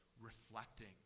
reflecting